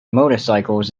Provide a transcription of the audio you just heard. motorcycles